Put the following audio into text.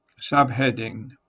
Subheading